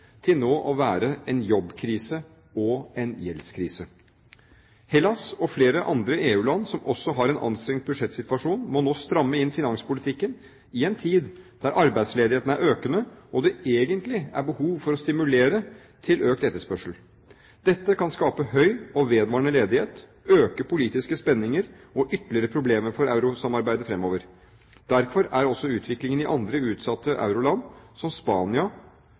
til nå å være en jobbkrise og en gjeldskrise. Hellas og flere andre EU-land som også har en anstrengt budsjettsituasjon, må nå stramme inn finanspolitikken i en tid der arbeidsledigheten er økende, og det egentlig er behov for å stimulere til økt etterspørsel. Dette kan skape høy og vedvarende ledighet, økte politiske spenninger og ytterligere problemer for eurosamarbeidet fremover. Derfor er også utviklingen i andre utsatte euroland som Spania,